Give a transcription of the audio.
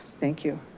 thank you.